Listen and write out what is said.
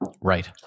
Right